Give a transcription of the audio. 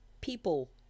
people